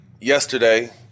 yesterday